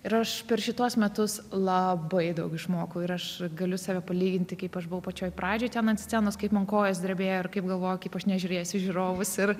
ir aš per šituos metus labai daug išmokau ir aš galiu save palyginti kaip aš buvau pačioj pradžioj ten ant scenos kaip man kojos drebėjo ir kaip galvojau kaip aš nežiūrėsiu į žiūrovus ir